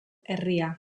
herria